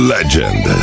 Legend